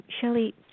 Shelley